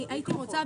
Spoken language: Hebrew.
הייתי רוצה,